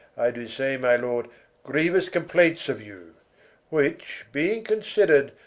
i do say my lord greeuous complaints of you which being consider'd,